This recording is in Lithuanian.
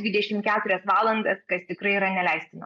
dvidešim keturias valandas kas tikrai yra neleistina